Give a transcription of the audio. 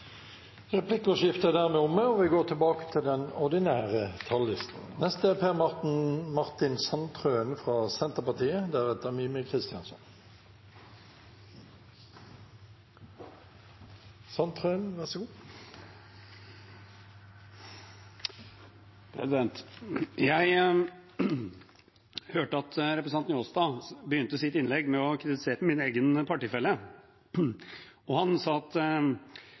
Replikkordskiftet er dermed omme. De talere som heretter får ordet, har også en taletid på inntil 3 minutter. Jeg hørte at representanten Njåstad begynte sitt innlegg med å kritisere min egen partifelle, og han sa at